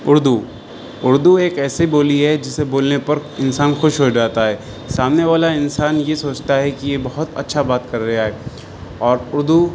اردو اردو ایک ایسی بولی ہے جسے بولنے پر انسان خوش ہو جاتا ہے سامنے والا انسان یہ سوچتا ہے کہ یہ بہت اچھا بات کر رہا ہے اور اردو